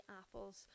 apples